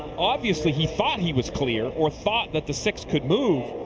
obviously he thought he was clear or thought that the six could move.